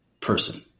person